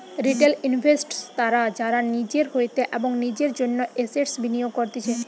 retail investors তারা যারা নিজের হইতে এবং নিজের জন্য এসেটস বিনিয়োগ করতিছে